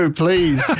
please